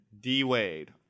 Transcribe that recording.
D-Wade